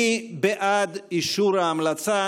מי בעד אישור ההמלצה?